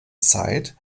zeit